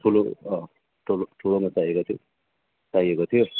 ठुलो ठुलोमा चाहिएको थियो चाहिएको थियो